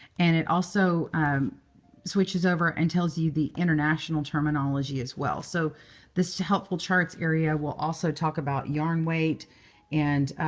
and it also switches over and tells you the international terminology as well. so this helpful charts area will also talk about yarn weight and